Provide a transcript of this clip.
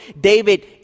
David